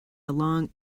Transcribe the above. along